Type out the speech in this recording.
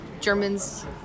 Germans